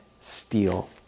steal